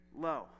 low